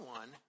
one